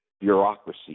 bureaucracy